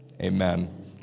amen